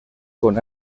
con